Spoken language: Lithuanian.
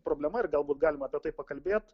problema ir galbūt galima apie tai pakalbėt